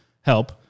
help